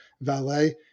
valet